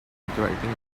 interacting